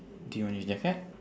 do you want your jacket